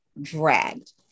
dragged